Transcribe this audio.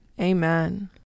Amen